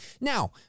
Now